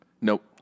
Nope